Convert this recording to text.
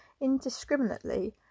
indiscriminately